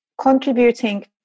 contributing